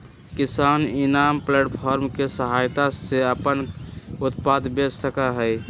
किसान इनाम प्लेटफार्म के सहायता से अपन उत्पाद बेच सका हई